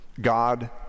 God